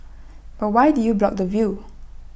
but why did you block the view